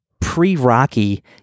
pre-rocky